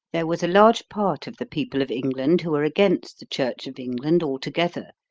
there was a large part of the people of england who were against the church of england altogether.